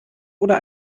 oder